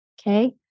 okay